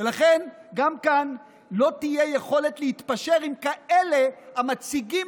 ולכן גם כאן לא תהיה יכולת להתפשר עם כאלה המציגים